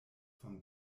von